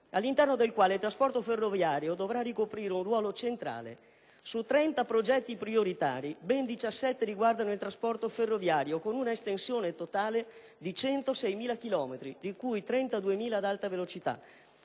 all'interno del quale il trasporto ferroviario dovrà ricoprire un ruolo centrale. Su 30 progetti prioritari, ben 17 riguardano il trasporto ferroviario, con un'estensione totale di 106.000 chilometri, di cui 32.000 ad Alta velocità,